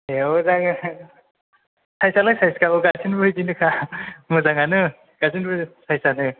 ए औ जागोन साइसआलाय साइखा गासैबो बिदिनोखा मोजाङानो गासैबो साइसानो